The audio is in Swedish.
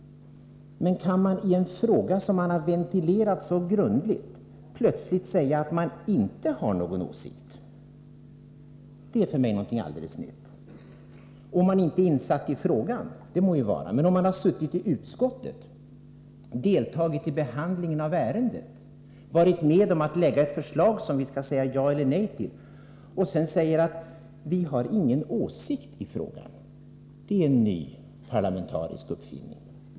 Kan man då i en fråga som har ventilerats så grundligt som denna plötsligt säga att man inte har någon åsikt? Det är för mig någonting alldeles nytt. Det må så vara om man inte är insatt i frågan. Men om man har suttit i utskottet, deltagit i behandlingen av ärendet, varit med om att lägga fram ett förslag som vi skall säga ja eller nej till och därefter säger att man inte har någon åsikt i frågan, då är det en ny parlamentarisk uppfinning.